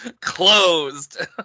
closed